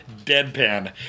deadpan